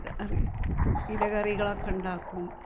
കറി ഇല കറികളൊക്കെ ഉണ്ടാക്കും